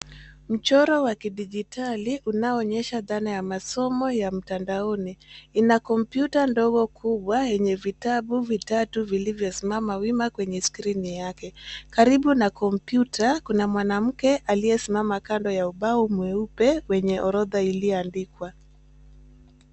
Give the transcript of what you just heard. Mchoro wa kidijitali unaoonyesha dhana ya masomo ya mtandaoni. Ina kompyuta ndogo kubwa yenye vitabu vitatu vilivyosimama wima kwenye skrini yake. Karibu na kompyuta kuna mwanamke aliyesimama kando ya ubao mweupe wenye orodha iliyoandikwa.